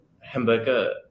hamburger